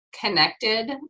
connected